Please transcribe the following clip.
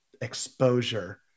exposure